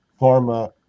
pharma